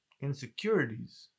insecurities